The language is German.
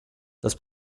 das